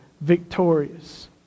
victorious